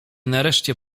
nareszcie